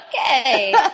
Okay